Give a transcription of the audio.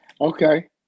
Okay